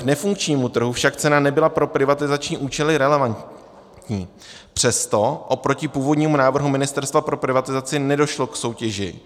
Vzhledem k nefunkčnímu trhu však cena nebyla pro privatizační účely relevantní, přesto oproti původnímu návrhu Ministerstva pro privatizaci nedošlo k soutěži.